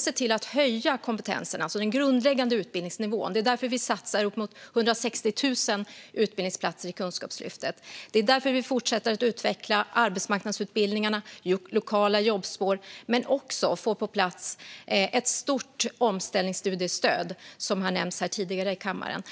ser till att höja kompetensen, alltså den grundläggande utbildningsnivån, och därför satsar vi på uppemot 160 000 utbildningsplatser i Kunskapslyftet. Det är också därför vi fortsätter att utveckla arbetsmarknadsutbildningarna och lokala jobbspår men också får på plats det stora omställningsstudiestöd som nämndes tidigare.